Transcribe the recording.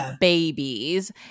babies